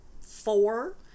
four